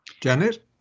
Janet